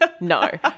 no